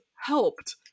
helped